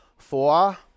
Four